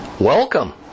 Welcome